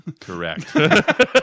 Correct